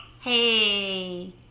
Hey